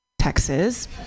Texas